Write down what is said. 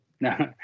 no